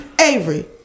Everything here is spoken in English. Avery